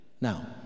Now